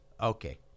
Okay